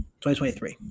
2023